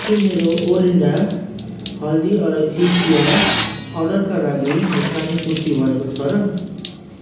के मेरो ओलिन्डा हल्दी अलैँची चिया अर्डरका लागि भुक्तानी पुष्टि भएको छ र